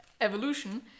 evolution